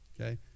okay